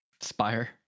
Spire